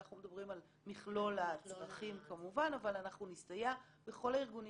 אנחנו מדברים על מכלול הצרכים כמובן אבל אנחנו נסתייע בכל הארגונים